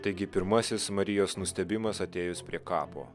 taigi pirmasis marijos nustebimas atėjus prie kapo